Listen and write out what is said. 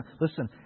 Listen